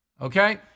Okay